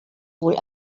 wohl